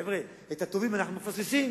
חבר'ה, את הטובים אנחנו מפספסים.